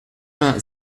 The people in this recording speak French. vingts